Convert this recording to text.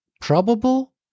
probable